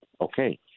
Okay